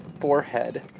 forehead